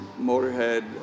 Motorhead